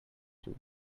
two